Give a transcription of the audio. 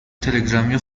تلگرامی